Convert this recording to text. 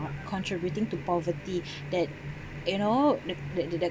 contributing to poverty that you know that that that that